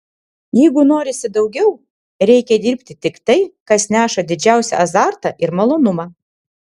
jeigu norisi daugiau reikia dirbti tik tai kas neša didžiausią azartą ir malonumą